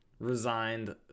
Resigned